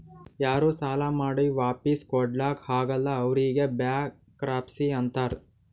ಯಾರೂ ಸಾಲಾ ಮಾಡಿ ವಾಪಿಸ್ ಕೊಡ್ಲಾಕ್ ಆಗಲ್ಲ ಅವ್ರಿಗ್ ಬ್ಯಾಂಕ್ರಪ್ಸಿ ಅಂತಾರ್